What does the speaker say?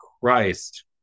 Christ